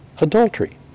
adultery